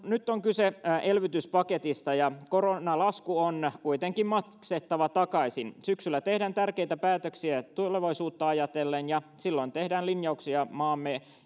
nyt on kyse elvytyspaketista ja koronalasku on kuitenkin maksettava takaisin syksyllä tehdään tärkeitä päätöksiä tulevaisuutta ajatellen ja silloin tehdään linjauksia maamme